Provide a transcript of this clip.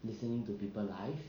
listening to people's life